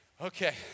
Okay